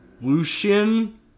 Lucian